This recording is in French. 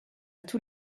tous